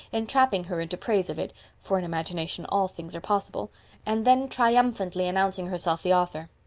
entrapping her into praise of it for in imagination all things are possible and then triumphantly announcing herself the author.